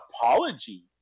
apology